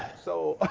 so.